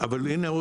הנה,